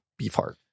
Beefheart